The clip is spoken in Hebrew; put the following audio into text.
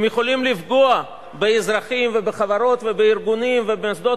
הם יכולים לפגוע באזרחים ובחברות ובארגונים ובמוסדות